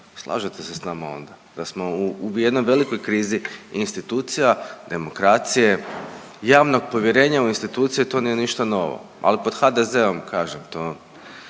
slažete se s nama onda da smo u jednoj velikoj krizi institucija, demokracije, javnog povjerenja u institucije, to nije ništa novo, al pod HDZ-om kažem, to,